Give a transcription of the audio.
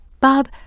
Bob